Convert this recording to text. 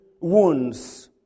wounds